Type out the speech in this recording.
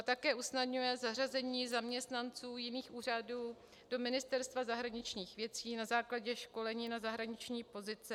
Také usnadňuje zařazení zaměstnanců jiných úřadů do Ministerstva zahraničních věcí na základě školení na zahraniční pozici.